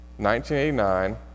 1989